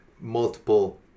multiple